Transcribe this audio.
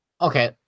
Okay